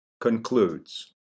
concludes